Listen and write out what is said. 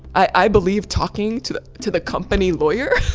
i believed talking to to the company lawyer